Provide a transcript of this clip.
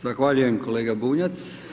Zahvaljujem kolega Bunjac.